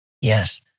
Yes